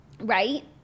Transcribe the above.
Right